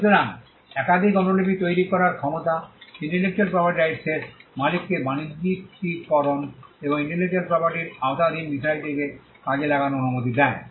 সুতরাং একাধিক অনুলিপি তৈরি করার ক্ষমতা ইন্টেলেকচুয়াল প্রপার্টি রাইটস মালিককে বাণিজ্যিকীকরণ এবং ইন্টেলেকচুয়াল প্রপার্টির আওতাধীন বিষয়টিকে কাজে লাগানোর অনুমতি দেয়